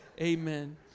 Amen